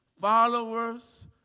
followers